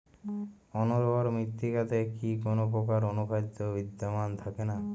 অনুর্বর মৃত্তিকাতে কি কোনো প্রকার অনুখাদ্য বিদ্যমান থাকে না?